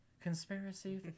Conspiracy